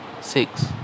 Six